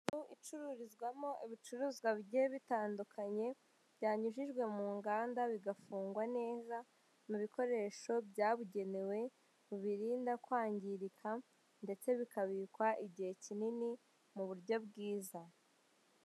Umugabo wambaye amarinete wambaye ikoti ryiza rya kolesitimu ndetse yambaye n'ishati y'umweru uyu mugabo afite umusatsi uringaniye inyuma yiwe hicaye umugore ndetse n'umugabo bambaye amakarita y'akazi uyu mugabo imbere hatetse agacupa k'amazi k'inyange ndetse akaba ameze nkuri gutanga ibitekerezo.